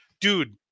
dude